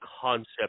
concept